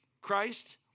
Christ